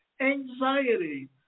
anxiety